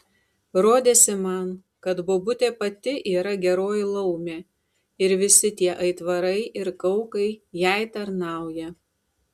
rodėsi man kad bobutė pati yra geroji laumė ir visi tie aitvarai ir kaukai jai tarnauja